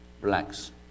relax